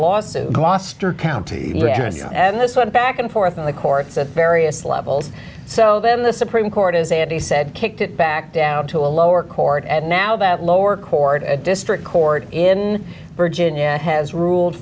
lawsuit gloucester county and this went back and forth in the courts at various levels so then the supreme court as andy said kicked it back down to a lower court and now that lower court a district court in virginia has ruled